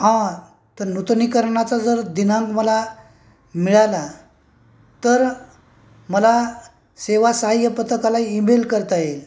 हा तर नूतनीकरणाचा जर दिनांक मला मिळाला तर मला सेवा साह्य पथकाला ई मेल करता येईल